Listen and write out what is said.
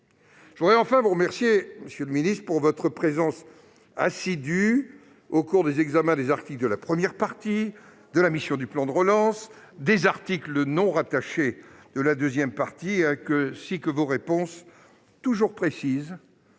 je voudrais vous remercier, monsieur le ministre, de votre présence assidue au cours de l'examen des articles de la première partie, des crédits de la mission « Plan de relance » et des articles non rattachés de la deuxième partie, ainsi que de vos réponses toujours précises